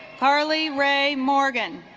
harley ray morgan